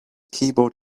keyboard